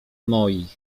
moich